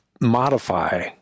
modify